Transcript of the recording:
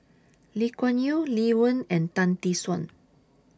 Lee Kuan Yew Lee Wen and Tan Tee Suan